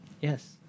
yes